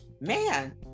man